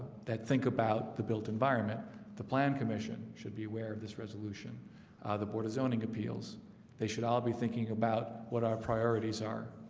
that think about the built environment the plan commission commission should be aware of this resolution ah the board of zoning appeals they should all be thinking about what our priorities are